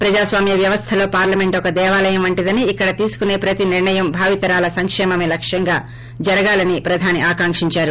ప్రజాస్వామ్య వ్యవస్థలో పార్హమంట్ ఒక దేవాలయం వంటిదని ఇక్కడ తీసుకొనే ప్రతి నిర్హయం భావీతరాల సంకేమమే లక్ష్యంగా జరగాలని ప్రధాని రఆకాంకించారు